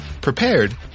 prepared